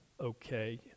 okay